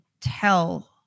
tell